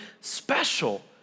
special